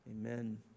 amen